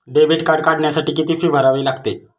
Debit card काढण्यासाठी किती fee भरावी लागते?